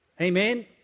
Amen